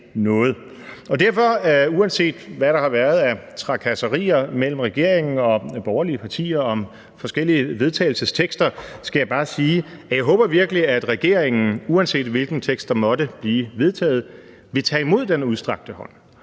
at uanset hvad der har været af trakasserier mellem regeringen og de borgerlige partier om forskellige forslag til vedtagelse, håber jeg virkelig, at regeringen, uanset hvilket forslag der måtte blive vedtaget, vil tage imod den udstrakte hånd